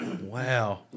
Wow